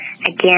Again